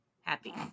happy